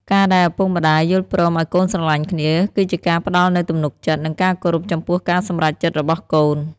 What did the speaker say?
ការដែលឪពុកម្ដាយយល់ព្រមឱ្យកូនស្រឡាញ់គ្នា គឺជាការផ្ដល់នូវទំនុកចិត្ត និងការគោរពចំពោះការសម្រេចចិត្តរបស់កូន។